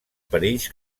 perills